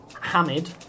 Hamid